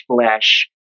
flesh